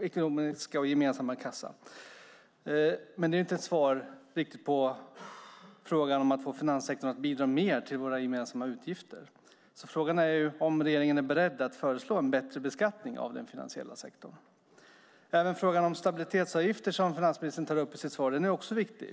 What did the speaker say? ekonomiska kassa. Det är dock inte ett svar på hur man får finanssektorn att bidra mer till våra gemensamma utgifter, så frågan är om regeringen är beredd att föreslå en bättre beskattning av den finansiella sektorn. Frågan om stabilitetsavgifter som finansministern tar upp i sitt svar är också viktig.